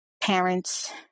parents